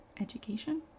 education